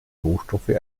rohstoffe